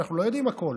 אנחנו לא יודעים הכול,